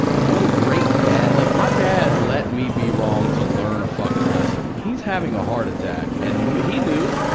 what a great dad like, my dad let me be wrong to learn a fucking lesson. he's having a heart attack. and he knew.